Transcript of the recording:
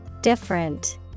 Different